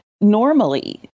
normally